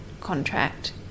contract